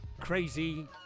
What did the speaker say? crazy